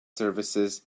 services